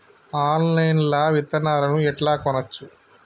Online లా విత్తనాలను ఎట్లా కొనచ్చు?